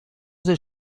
the